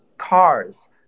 Cars